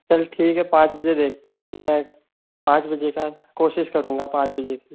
चल ठीक है पाँच बजे देख मैं पाँच बजे का कोशिश करूँगा पाँच बजे की